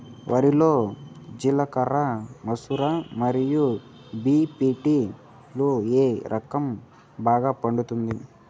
వరి లో జిలకర మసూర మరియు బీ.పీ.టీ లు ఏ రకం బాగా పండుతుంది